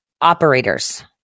operators